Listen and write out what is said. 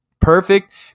perfect